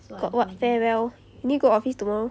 got what farewell you need go office tomorrow